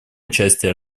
участие